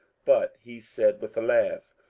but he said, with a laugh,